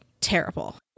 Terrible